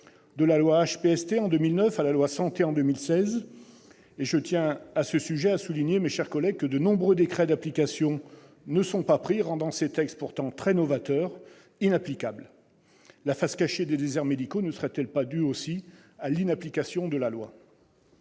à la loi HPST en 2009 ou à la loi Santé en 2016. À ce sujet, mes chers collègues, je tiens à souligner que de nombreux décrets d'application ne sont pas pris, rendant ces textes, pourtant très novateurs, inapplicables. La face cachée des déserts médicaux ne serait-elle pas due aussi à l'inapplication de la loi ?